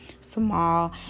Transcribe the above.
small